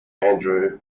andrew